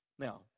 Now